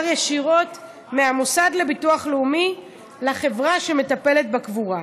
ישירות מהמוסד לביטוח לאומי לחברה שמטפלת בקבורה.